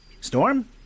Storm